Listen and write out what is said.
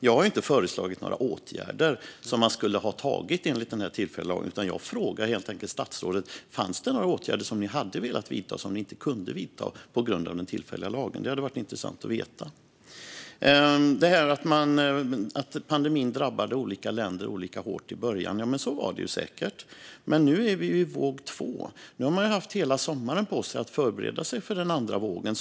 Jag har inte föreslagit några åtgärder som man skulle ha vidtagit enligt den tillfälliga lagen, utan jag frågar helt enkelt statsrådet om det fanns några åtgärder man hade velat men inte kunde vidta på grund av den tillfälliga lagen. Det hade varit intressant att veta. När det gäller att pandemin drabbade olika länder olika hårt i början - ja, så var det säkert. Men nu är vi ju i våg två, och man har haft hela sommaren på sig att förbereda sig för den andra vågen.